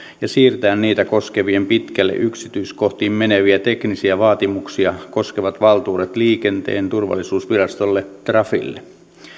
ja siirtää niitä koskevia pitkälle yksityiskohtiin meneviä teknisiä vaatimuksia koskevat valtuudet liikenteen turvallisuusvirastolle trafille